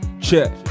Check